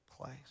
place